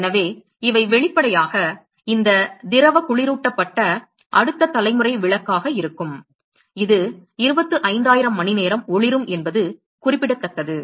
எனவே இவை வெளிப்படையாக இந்த திரவ குளிரூட்டப்பட்ட அடுத்த தலைமுறை விளக்காக இருக்கும் இது 25000 மணி நேரம் ஒளிரும் என்பது குறிப்பிடத்தக்கது